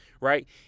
right